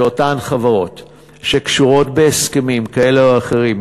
שאותן חברות שקשורות בהסכמים כאלו או אחרים,